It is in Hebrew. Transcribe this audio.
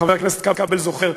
חבר הכנסת כבל זוכר,